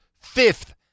fifth